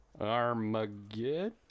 Armageddon